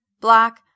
Black